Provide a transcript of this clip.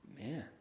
Man